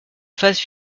phase